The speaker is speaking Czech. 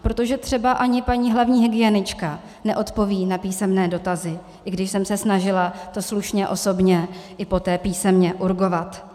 Protože třeba ani paní hlavní hygienička neodpoví na písemné dotazy, i když jsem se snažila to slušně osobně a poté i písemně urgovat.